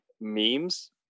memes